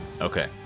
Okay